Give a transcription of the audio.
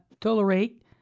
tolerate